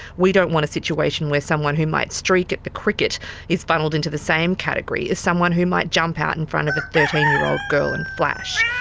we don't want a situation where someone who might streak at the cricket is funnelled into the same category as someone who might jump out in front of a thirteen year old girl and flash.